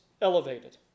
elevated